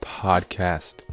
podcast